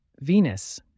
Venus